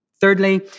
Thirdly